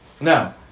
now